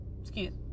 excuse